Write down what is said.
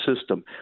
system